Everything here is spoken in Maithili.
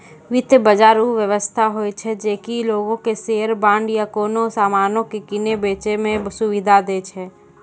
वित्त बजार उ व्यवस्था होय छै जे कि लोगो के शेयर, बांड या कोनो समानो के किनै बेचै मे सुविधा दै छै